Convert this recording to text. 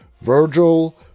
Virgil